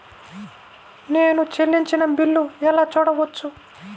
నేను చెల్లించిన బిల్లు ఎలా చూడవచ్చు?